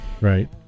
Right